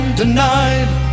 denied